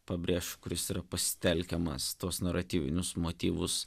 pabrėžk kuris yra pasitelkiamas tuos naratyvinius motyvus